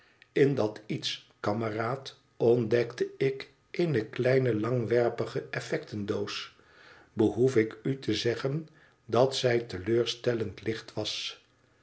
in dat iets kameraad ontdekte ik eene kleine langwerpige effectendoos behoef ik u te zeggen dat zij teleurstellend licht was